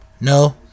No